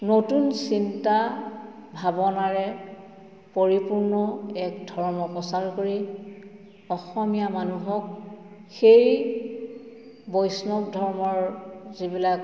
নতুন চিন্তা ভাৱনাৰে পৰিপূৰ্ণ এক ধৰ্ম প্ৰচাৰ কৰি অসমীয়া মানুহক সেই বৈষ্ণৱ ধৰ্মৰ যিবিলাক